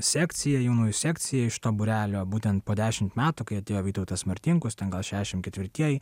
sekcija jaunųjų sekciją iš to būrelio būtent po dešimt metų kai atėjo vytautas martinkus ten gal šešiasdešimt ketvirtieji